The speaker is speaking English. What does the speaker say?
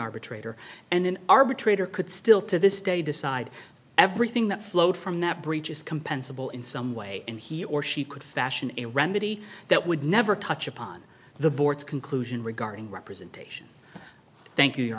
arbitrator and an arbitrator could still to this day decide everything that flowed from that breaches compensable in some way and he or she could fashion a remedy that would never touch upon the board's conclusion regarding representation thank you your